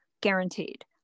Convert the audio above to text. Guaranteed